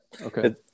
Okay